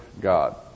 God